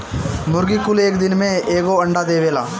मुर्गी कुल एक दिन में एगो अंडा देवेला